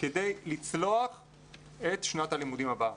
כדי לצלוח את שנת הלימודים הבאה